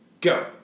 Go